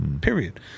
period